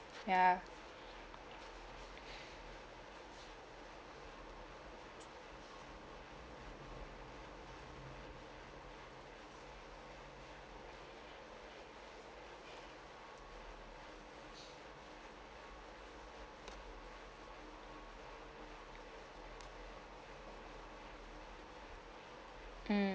ya mm